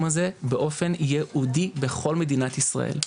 הזה באופן ייעודי בכל מדינת ישראל.